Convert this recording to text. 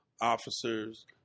officers